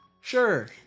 sure